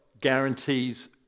guarantees